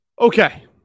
Okay